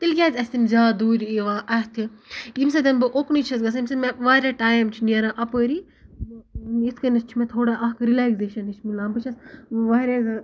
تیٚلہِ کیازِ اَسہِ تِم زیادٕ دوٗرِ یِوان اَتھِ ییٚمہِ سۭتۍ بہٕ أکنُے چھَس گژھان ییٚمہِ سۭتۍ مےٚ واریاہ ٹایم چھُ نیران اَپٲری یِتھۍ کٔنۍ چھِ مےٚ تھوڑا رِلیکزیشن ہِش مِلان بہٕ چھَس واریاہ زیادٕ